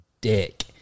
dick